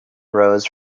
rose